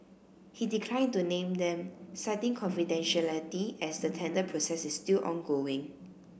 he declined to name them citing confidentiality as the tender process is still ongoing